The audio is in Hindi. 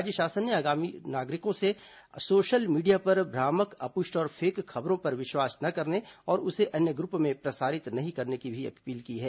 राज्य शासन ने आम नागरिकों से सोशल मीडिया पर भ्रामक अपुष्ट और फेक खबरों पर विश्वास न करने और उसे अन्य ग्रुप में प्रसारित नहीं करने की भी अपील की है